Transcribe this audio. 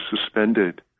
suspended